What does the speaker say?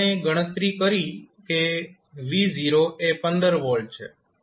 આપણે ગણતરી કરી કે v એ 15 V છે